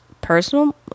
personal